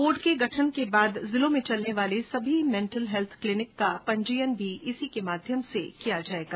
board के गठन के बाद जिलों में चलने वाले सभी मेंटल हैल्थ क्लिनिकों का पंजीयन इसी के माध्यम से किया जायेगा